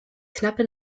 knappe